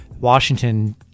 Washington